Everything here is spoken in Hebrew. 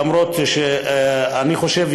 אף-על-פי שאני חושב,